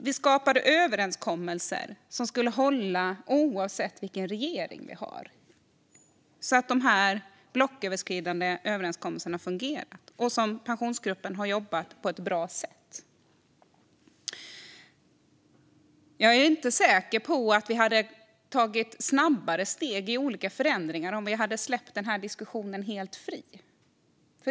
Vi skapade överenskommelser som skulle hålla oavsett vilken regering vi har, så att de blocköverskridande överenskommelserna skulle fungera. Det har Pensionsgruppen också jobbat med på ett bra sätt. Jag är inte säker på att vi hade tagit snabbare steg mot olika förändringar om vi hade släppt diskussionen helt fri.